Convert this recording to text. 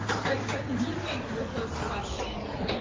great, so continuing with those questions,